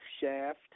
Shaft